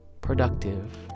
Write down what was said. productive